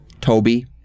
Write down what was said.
Toby